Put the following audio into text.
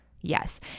Yes